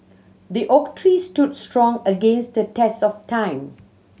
the oak tree stood strong against the test of time